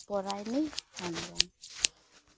ᱯᱚᱨᱟᱭᱱᱤ Hembrom